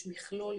יש מכלול,